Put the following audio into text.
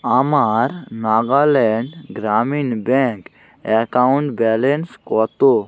আমার Nagaland Gramin bank account balance কতো